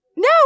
No